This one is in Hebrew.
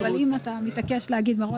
אבל אם אתה מתעקש מראש,